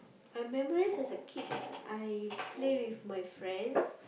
I memorise as a kid I play with my friends